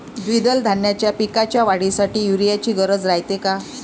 द्विदल धान्याच्या पिकाच्या वाढीसाठी यूरिया ची गरज रायते का?